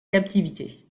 captivité